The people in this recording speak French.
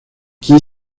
qui